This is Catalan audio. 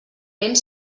vent